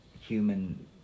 human